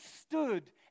stood